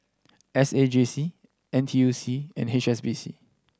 S A J C N T U C and H S B C